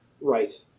Right